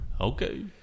Okay